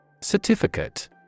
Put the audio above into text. Certificate